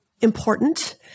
important